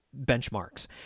benchmarks